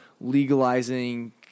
legalizing